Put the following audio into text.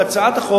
בהצעת החוק,